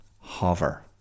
hover